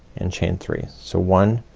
and chain three. so one,